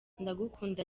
ndagukunda